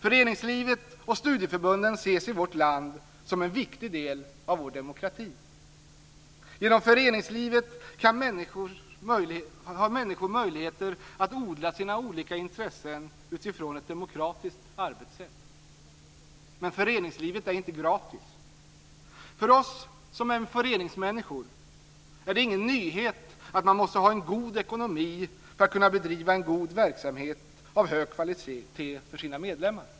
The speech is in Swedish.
Föreningslivet och studieförbunden ses i vårt land som en viktig del av vår demokrati. Genom föreningslivet ges människor möjligheter att odla sina olika intressen utifrån ett demokratiskt arbetssätt. Men föreningslivet är inte gratis. För oss som är föreningsmänniskor är det ingen nyhet att man måste ha en god ekonomi för att kunna bedriva en god verksamhet av hög kvalitet för sina medlemmar.